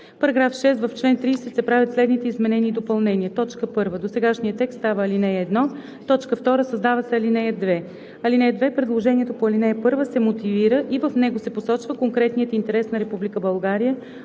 § 6: „§ 6. В чл. 30 се правят следните изменения и допълнения: 1. Досегашният текст става ал. 1. 2. Създава се ал. 2: „(2) Предложението по ал. 1 се мотивира и в него се посочва конкретният интерес на Република България